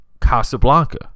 Casablanca